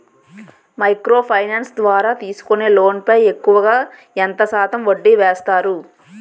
Micro finance ద్వారా తీసుకునే loan పై ఎక్కువుగా ఎంత శాతం వడ్డీ వేస్తారు?